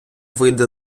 вийде